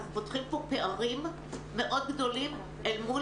אנחנו פותחים פה פערים מאוד גדולים אל מול